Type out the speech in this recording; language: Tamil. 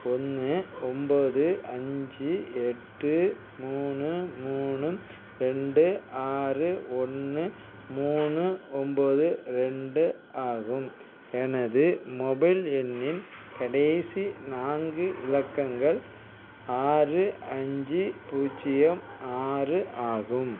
ஒன்று ஒம்பது அஞ்சு எட்டு மூணு மூணு ரெண்டு ஆறு ஒன்று மூணு ஒம்பது ரெண்டு ஆகும் எனது மொபைல் எண்ணின் கடைசி நான்கு இலக்கங்கள் ஆறு அஞ்சு பூஜ்ஜியம் ஆறு ஆகும்